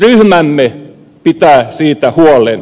ryhmämme pitää siitä huolen